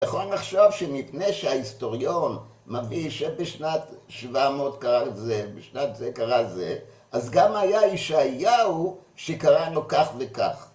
יכולים לחשוב שמפני שההיסטוריון מביא שבשנת 700 קרה את זה, בשנת זה קרה זה, אז גם היה ישעיהו שקראנו כך וכך.